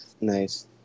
Nice